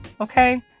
Okay